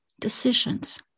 decisions